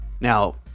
now